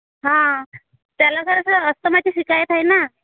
हा त्याला जरासं अस्थमाची शिकायत आहे ना